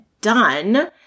done